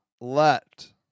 let